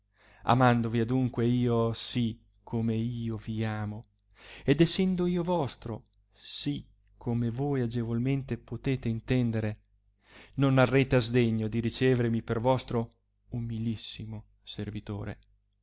amandovi adunque io sì come io vi amo ed essendo io vostro sì come voi agevolmente potete intendere non arrete a sdegno di ricevermi per vostro umilissimo servitore